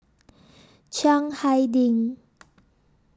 Chiang Hai Ding